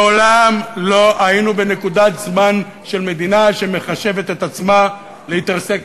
מעולם לא היינו בנקודת זמן של מדינה שמחשבת את עצמה להתרסק.